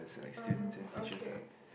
oh okay